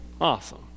Awesome